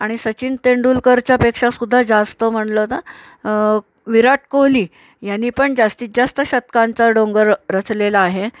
आणि सचिन तेंडुलकरच्यापेक्षा सुद्धा जास्त म्हणलं तर विराट कोहली याने पण जास्तीत जास्त शतकांचा डोंगर रचलेला आहे